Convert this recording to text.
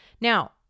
Now